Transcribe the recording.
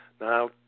Now